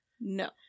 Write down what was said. No